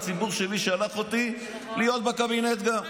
הציבור שלח אותי להיות בקבינט גם.